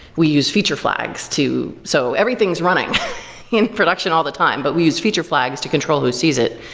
we use feature flags to so everything's running in production all the time, but we use feature flags to control who sees it,